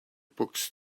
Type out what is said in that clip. books